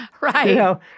Right